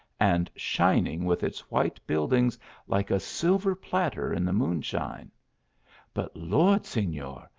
and shining with its white buildings like a silver platter in the moonshine but lord! sefior!